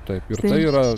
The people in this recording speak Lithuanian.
taip ir tai yra